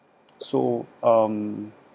so um